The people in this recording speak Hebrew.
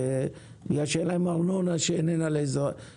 בגלל שאין להן ארנונה למגורים,